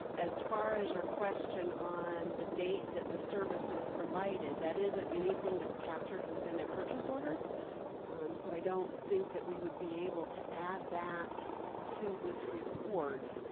as far as your question on the date that the services provided, that isn't anything that's captured within a purchase order so i don't think that we would be able to add that to this report